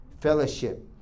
fellowship